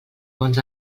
bons